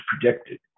predicted